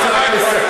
אני רוצה רק לסכם.